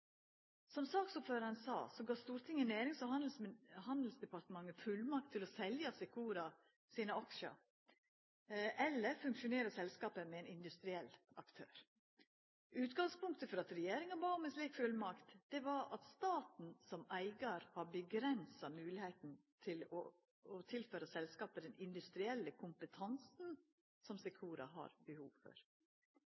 Som saksordføraren sa, gav Stortinget Nærings- og handelsdepartementet fullmakt til å selja Secora sine aksjar eller fusjonera selskapet med ein industriell aktør. Utgangspunktet for at regjeringa bad om ei slik fullmakt, var at staten som eigar har avgrensa mogelegheita til å tilføra selskapet den industrielle kompetansen som